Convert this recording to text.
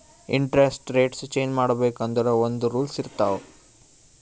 interest rates change ಮಾಡ್ಬೇಕ್ ಅಂದುರ್ ಒಂದ್ ರೂಲ್ಸ್ ಇರ್ತಾವ್